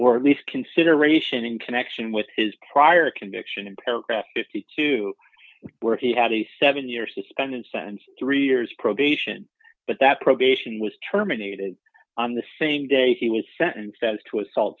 or at least consideration in connection with his prior conviction in paragraph fifty two dollars where he had a seven year suspended sentence three years probation but that probation was terminated on the same day he was sentenced as to